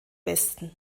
westen